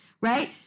right